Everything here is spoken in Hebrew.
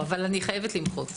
אני חייבת למחות.